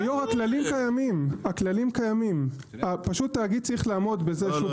הכללים קיימים, פשוט תאגיד צריך לעמוד בזה.